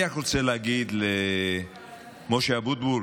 אני רק רוצה להגיד למשה אבוטבול,